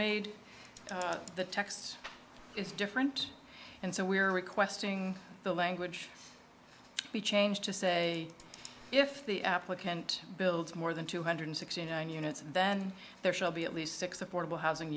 made the text is different and so we are requesting the language we changed to say if the applicant builds more than two hundred sixty nine units then there shall be at least six affordable housing